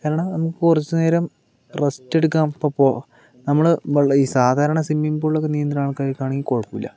കാരണം നമുക്ക് കുറച്ചുനേരം റസ്റ്റ് എടുക്കാന് ഇപ്പോൾ നമ്മൾ ഈ സാധാരണ സ്വിമ്മിംഗ് പൂളില് ഒക്കെ നില്ക്കുന്ന ആള്ക്കാര്ക്ക് ആണെങ്കില് കുഴപ്പമില്ല